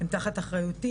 הם תחת אחריותי,